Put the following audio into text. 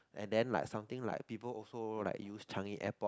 and then like something like people also like use Changi Airport